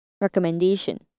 recommendation